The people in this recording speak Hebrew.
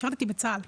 שירתי בצה"ל.